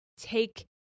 take